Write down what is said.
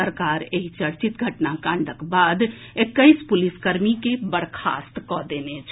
सरकार एहि चर्चित घटना कांडक बाद एक्कैस पुलिसकर्मी के बर्खास्त कऽ देने छल